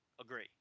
Agree